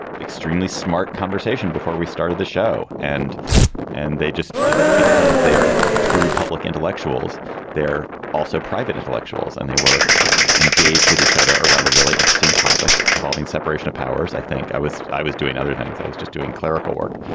extremely smart conversation before we started the show. and and they just because they are true public intellectuals they're also private intellectuals and they were engaged with each other around a really interesting topic involving separation of powers. i think i was i was doing other things. i was just doing clerical work.